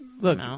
Look